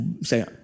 say